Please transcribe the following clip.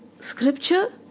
scripture